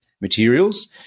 materials